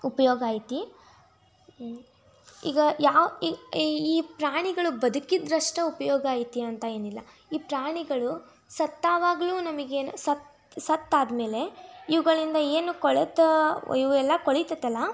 ಉಪಯೋಗ ಐತೆ ಈಗ ಯಾವ ಈ ಪ್ರಾಣಿಗಳು ಬದುಕಿದ್ದರಷ್ಟೇ ಉಪಯೋಗ ಐತೆ ಅಂತ ಏನಿಲ್ಲ ಈ ಪ್ರಾಣಿಗಳು ಸತ್ತವಾಗಲೂ ನಮಗೆ ಸತ್ತು ಸತ್ತು ಆದಮೇಲೆ ಇವುಗಳಿಂದ ಏನು ಕೊಳೆತ ಇವು ಎಲ್ಲ ಕೊಳಿತೈತಲ್ಲಾ